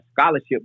scholarship